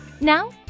Now